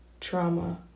trauma